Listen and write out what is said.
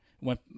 Went